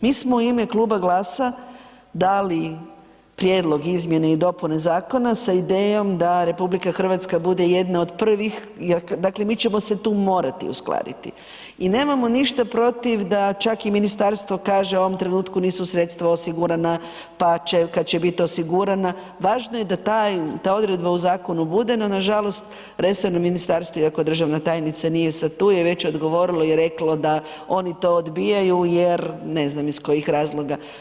Mi smo u ime Kluba GLAS-a dali prijedlog izmjene i dopune zakona sa idejom da RH bude jedna od prvih, dakle mi ćemo se tu morati uskladiti i nemamo ništa protiv da čak i ministarstvo kaže u ovom trenutku nisu sredstva osigurana, pa će, kad će bit osigurana, važno je da taj, ta odredba u zakonu bude, no na žalost resorno ministarstvo, iako državna tajnica nije sad tu, je već odgovorilo i reklo da oni to odbijaju jer ne znam iz kojih razloga.